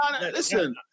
Listen